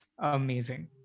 amazing